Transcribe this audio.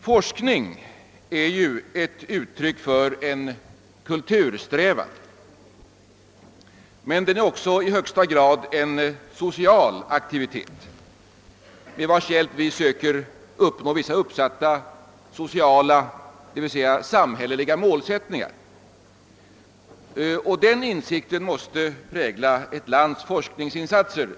Forskningen är ju ett uttryck för kultursträvandena, men den är också i högsta grad en social aktivitet, med vars hjälp vi söker uppnå vissa sociala, d.v.s. samhälleliga, målsättningar. Den insikten måste, anser jag, prägla ett lands forskningsinsatser.